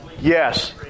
Yes